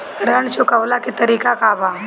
ऋण चुकव्ला के तरीका का बा?